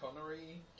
Connery